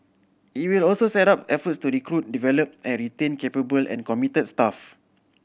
it will also step up efforts to recruit develop and retain capable and committed staff